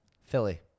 Philly